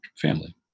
family